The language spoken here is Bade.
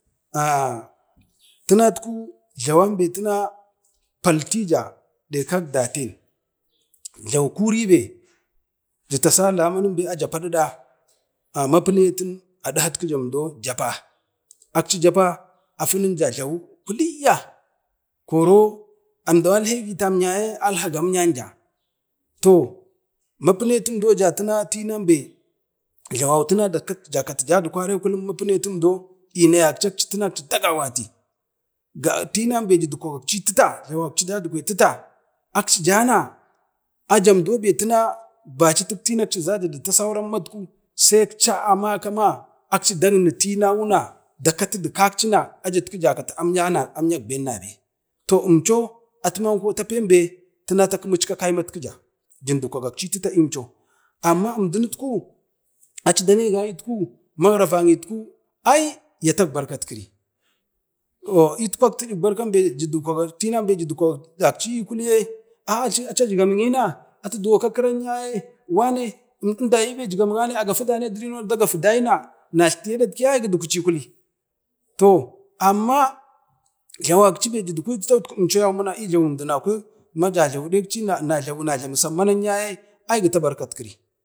Ah tinat ku jlawanben poltija ne kak daten jlawu kuribe jatasa zamanin be aja paɗuɗa, mapunetim aɗihat kija japa, ap japa funinja jlawu nekci kulliyya koro tamyaye ajalha gamyanja toh mapunumdo jawai tinanja jakati beu inayak ci akci dagawati, tinanbe jadukwa jlawak i fita, ajamcho bacatik tinau akci tasaija akcin ci dagini tinau na dakati katcina, aja jakati amyak ben nabe toh əmchi atimanko tupin ben takimu ichka kayimak kija jin dulwa gakei i tita imcho, amma imdin itku aci dane gayi mariravanyi ai yatak barkat kiri, i jlawa i gano binan be aja dukwago jlawarci i kuli yi imdinno acasuwenyi na ko itkwa kakarin yaya wane aye na gafiti siktlawa ne ane du riro na dagafi daina ai yadukwe kuli toh amma jlawak ii bo aja dukwi tita, amma ko awna jlawi na wunaski sam manam yaye aigita barkat kiri,